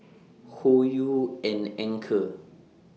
Hoyu and Anchor